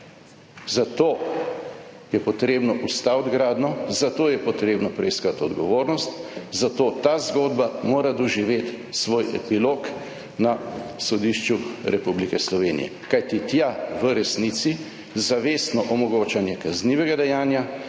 Zato je potrebno ustaviti gradnjo, zato je potrebno preiskati odgovornost, zato ta zgodba mora doživeti svoj epilog na sodišču Republike Slovenije, kajti tja v resnici zavestno omogočanje kaznivega dejanja,